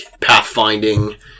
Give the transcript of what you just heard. pathfinding